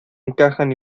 encajan